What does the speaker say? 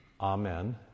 amen